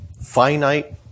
finite